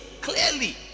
clearly